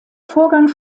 vorgang